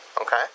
okay